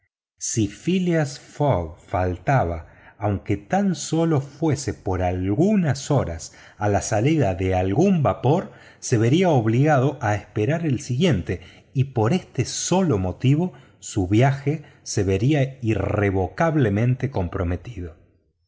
phileas fogg faltaba aunque tan sólo fuese por algunas horas a la salida de algún vapor se vería obligado a esperar el siguiente y por este solo motivo su viaje se vería irrevocablemente comprometido